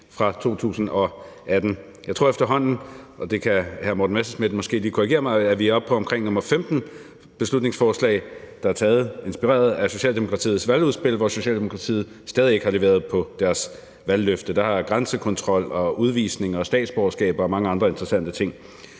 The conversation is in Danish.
fra 2018. Jeg tror efterhånden, og det kan hr. Morten Messerschmidt måske lige korrigere, at vi er oppe på omkring beslutningsforslag nr. 15, der er fremsat inspireret af Socialdemokratiets valgudspil, hvor Socialdemokratiet stadig ikke har leveret på deres valgløfter. Der er grænsekontrol og udvisning og statsborgerskaber og mange andre interessante ting.